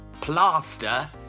plaster